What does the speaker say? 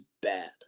bad